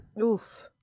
Oof